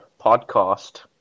podcast